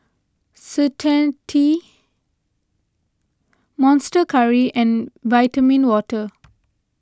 Certainty Monster Curry and Vitamin Water